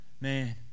Man